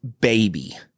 baby